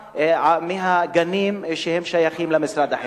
לעומת איכות הגנים ששייכים למשרד החינוך.